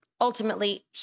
ultimately